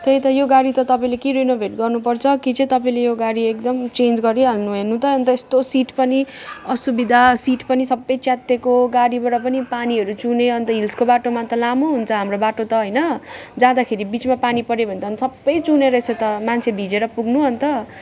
त्यही त यो गाडी त तपाईँले कि रिनोभेट गर्नु पर्छ कि चाहिँ तपाईँले यो गाडी एकदम चेन्ज गरिहाल्नु हेर्नु त अन्त यस्तो सिट पनि असुविधा सिट पनि सबै च्यातिएको गाडीबाट पनि पानीहरू चुहुने अन्त हिल्सको बाटोमा त लामो हुन्छ हाम्रो बाटो त होइन जाँदाखेरि बिचमा पानी पर्यो भने त अन्त सब चुहुने रहेछ त मान्छे भिजेर पुग्नु अन्त